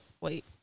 wait